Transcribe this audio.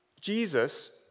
Jesus